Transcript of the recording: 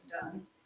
done